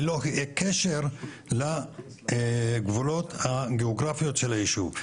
ללא קשר לגבולות הגאוגרפיות של היישוב,